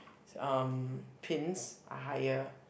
um pins are higher